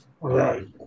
Right